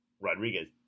Rodriguez